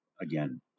Again